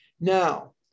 Now